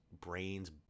brains